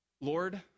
Lord